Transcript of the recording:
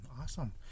Awesome